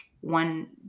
one